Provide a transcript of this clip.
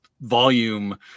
volume